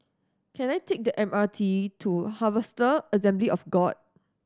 can I take the M R T to Harvester Assembly of God